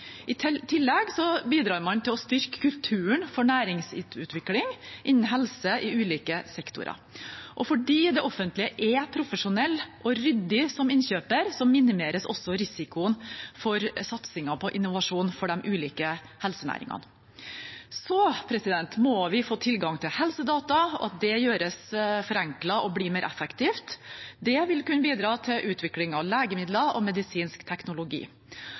tillegg bidrar man til å styrke kulturen for næringsutvikling innen helse i ulike sektorer. Fordi det offentlige er profesjonell og ryddig som innkjøper, minimeres også risikoen for satsinger på innovasjon for de ulike helsenæringene. Vi må få tilgang til helsedata, og at det gjøres forenklet og blir mer effektivt. Det vil kunne bidra til utvikling av legemidler og medisinsk teknologi.